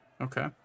Okay